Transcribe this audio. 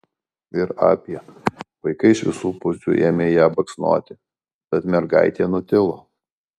ir apie vaikai iš visų pusių ėmė ją baksnoti tad mergaitė nutilo